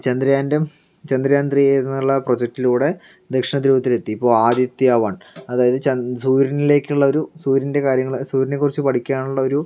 ചന്ദ്രയാൻ്റെ Chandrayaan three എന്നുള്ള പ്രൊജക്റ്റിലൂടെ ദക്ഷിണ ധ്രുവത്തിലെത്തി ഇപ്പോൾ ആദിത്യ വൺ അതായത് ചന്ദ്ര സൂര്യനിലേക്കുള്ളൊരു സൂര്യൻ്റെ കാര്യങ്ങള് സൂര്യനെക്കുറിച്ച് പഠിക്കാനുള്ളൊരു